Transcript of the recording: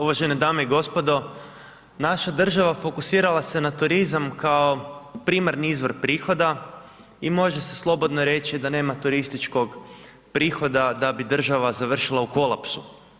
Uvažene dame i gospodo, naša država fokusirala se na turizam kao primarni izvor prihoda i može se slobodno reći da nema turističkog prihoda da bi država završila u kolapsu.